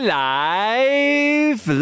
life